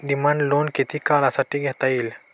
Demand loan किती काळासाठी घेता येईल?